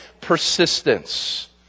persistence